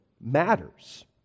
matters